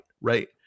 right